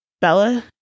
Bella